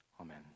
Amen